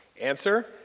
Answer